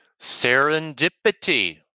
serendipity